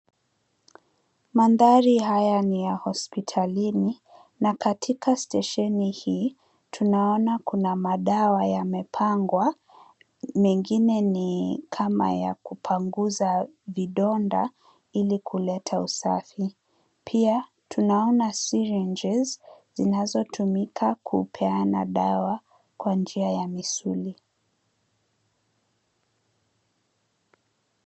Mandhari haya ni ya hospitalini na katika stesheni hii, tunaona kuna madawa yamepangwa, mengine ni kama ya kupunguza vidonda ili kuleta usafi. Pia tunaona syringes zinazotumika kupeana dawa kwa njia ya misuli.